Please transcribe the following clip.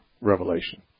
revelation